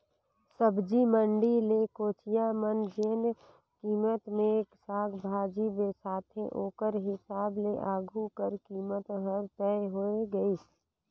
सब्जी मंडी ले कोचिया मन जेन कीमेत ले साग भाजी बिसाथे ओकर हिसाब ले आघु कर कीमेत हर तय होए गइस